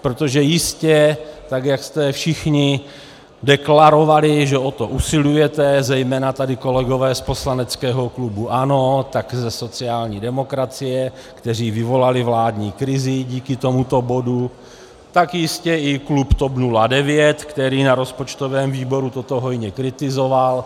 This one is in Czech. Protože jistě, tak jak jste všichni deklarovali, že o to usilujete, zejména tady kolegové z poslaneckého klubu ANO, taky ze sociální demokracie, kteří vyvolali vládní krizi díky tomuto bodu, tak jistě i klub TOP 09, který na rozpočtovém výboru toto hojně kritizoval.